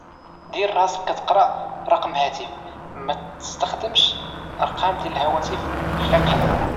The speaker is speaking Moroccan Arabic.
دير راسك كتقرا رقم هاتف متستخدمش ارقام ديال هواتف حقيقية